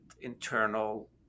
internal